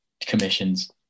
commissions